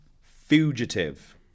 Fugitive